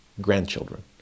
grandchildren